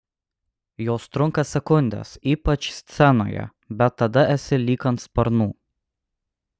jos trunka sekundes ypač scenoje bet tada esi lyg ant sparnų